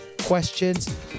questions